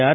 R